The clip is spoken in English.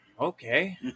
Okay